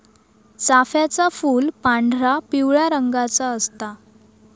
चाफ्याचा फूल पांढरा, पिवळ्या रंगाचा असता